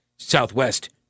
Southwest